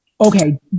Okay